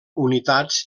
unitats